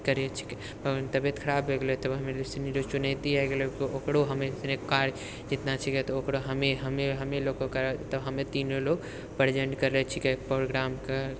करै छिकै मगर तबियत खराब भऽ गेलै तऽ हमरो चुनौती आइ गेलै ओकरो हमे छिकै तऽ ओकरो हमे लोकके करै तऽ हमे तीनो लोक प्रेजेन्ट करिले छिकै प्रोग्रामके